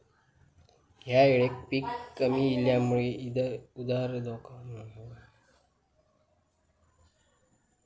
ह्या येळेक पीक कमी इल्यामुळे उधार धोका मोठो आसा